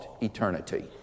eternity